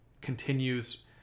continues